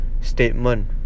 statement